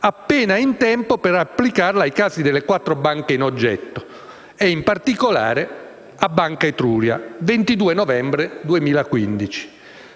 appena in tempo per applicarla ai casi delle quattro banche in oggetto e, in particolare, di Banca Etruria (il 22 novembre 2015).